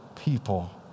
people